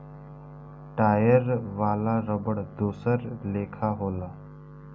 tyre वाला रबड़ दोसर लेखा होला